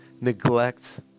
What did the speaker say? neglect